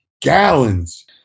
gallons